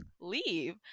leave